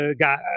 got